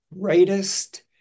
greatest